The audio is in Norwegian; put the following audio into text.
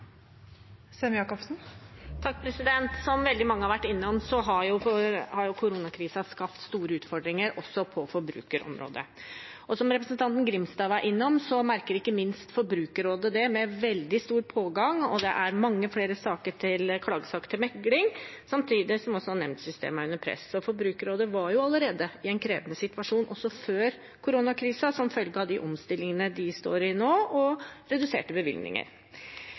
Som veldig mange har vært innom, har koronakrisen skapt store utfordringer også på forbrukerområdet. Som representanten Grimstad var inne på, merker ikke minst Forbrukerrådet det, med veldig stor pågang. Det er mange flere klagesaker til mekling, samtidig som også nemndsystemet er under press. Forbrukerrådet var jo i en krevende situasjon allerede før koronakrisen som følge av de omstillingene de står i nå, og reduserte bevilgninger.